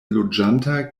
loĝanta